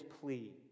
plea